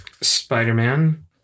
Spider-Man